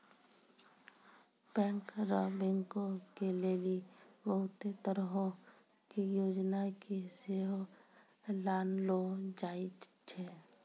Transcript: banker बैंको के लेली बहुते तरहो के योजना के सेहो लानलो जाय छै